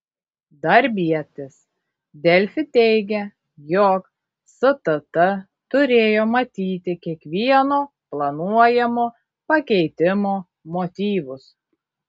darbietis delfi teigė jog stt turėjo matyti kiekvieno planuojamo pakeitimo motyvus